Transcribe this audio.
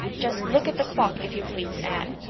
just look at the clock, if you please, anne.